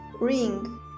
Ring